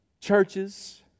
churches